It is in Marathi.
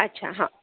अच्छा हां